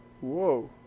Whoa